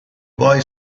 boy